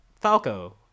Falco